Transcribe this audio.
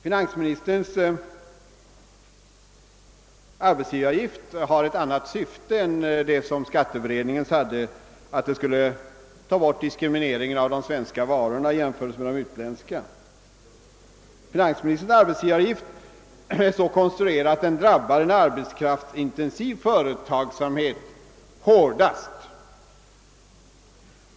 Finansministerns + arbetsgivaravgift har ett annat syfte än det som skatteberedningens hade — meningen med skatteberedningens arbetsgivaravgift var att ta bort diskrimineringen av de svenska varorna i jämförelse med de utländska. Finansministerns <arbetsgivaravgift är så konstruerad att den drabbar en arbetskraftsintensiv företagsamhet hårdast.